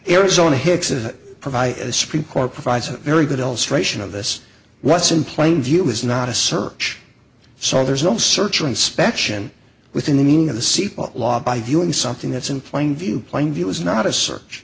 arizona hicks's provide supreme court provides a very good illustration of this what's in plain view is not a search so there's no search or inspection within the meaning of the seatbelt law by doing something that's in plain view plain view is not a search